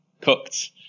cooked